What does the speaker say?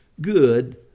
good